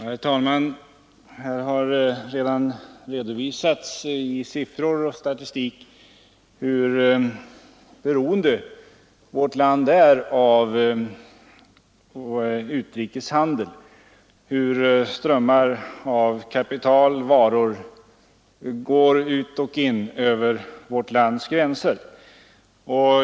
Herr talman! Här har redan med siffror och statistik redovisats hur beroende vårt land är av vår utrikeshandel, hur strömmar av kapital och varor går ut och in över vårt lands gränser.